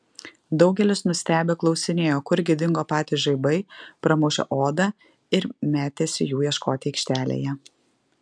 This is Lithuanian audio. daugelis nustebę klausinėjo kurgi dingo patys žaibai pramušę odą ir metėsi jų ieškoti aikštelėje